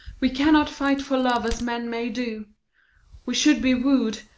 we cannot fight for love as men may do we should be woo'd,